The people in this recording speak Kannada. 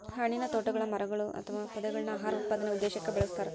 ಹಣ್ಣಿನತೋಟಗುಳಗ ಮರಗಳು ಅಥವಾ ಪೊದೆಗಳನ್ನು ಆಹಾರ ಉತ್ಪಾದನೆ ಉದ್ದೇಶಕ್ಕ ಬೆಳಸ್ತರ